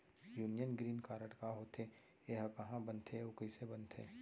Union green card का होथे, एहा कहाँ बनथे अऊ कइसे बनथे?